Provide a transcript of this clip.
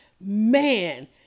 man